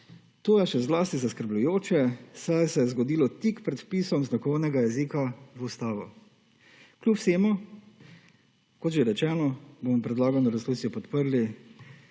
To je še zlasti zaskrbljujoče, saj se je zgodilo tik pred vpisom znakovnega jezika v Ustavo. Kljub vsemu, kot že rečeno, bomo predlagano resolucijo podprli